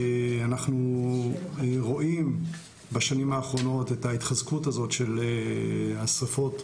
אנחנו רואים בשנים האחרונות את ההתחזקות הזאת של השריפות,